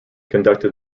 conducted